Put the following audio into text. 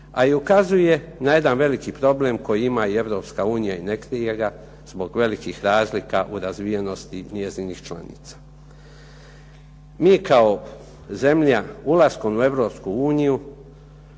a i ukazuje na jedan veliki problem koji ima i Europska unija i ne krije ga zbog velikih razlika u razvijenosti njezinih članica. Mi kao zemlja ulaskom u Europsku uniju